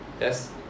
yes